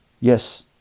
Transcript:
Yes